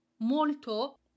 molto